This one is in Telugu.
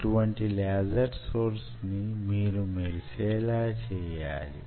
ఇటు వంటి లేజర్ ని మీరు మెరిసేలా చేయాలి